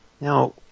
Now